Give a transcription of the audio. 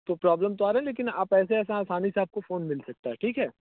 तो प्रॉब्लम तो आ रही है लेकिन आप ऐसे आसा आसानी से आपको फ़ोन मिल सकता ठीक है